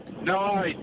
No